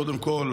קודם כול,